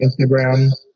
Instagram